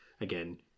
again